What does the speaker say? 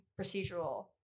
procedural